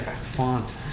font